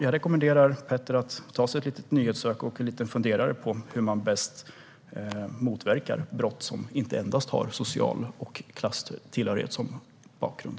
Jag rekommenderar Petter att göra en liten nyhetssökning och ta en funderare på hur man bäst motverkar brott som inte endast har social klass och tillhörighet som bakgrund.